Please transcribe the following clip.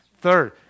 Third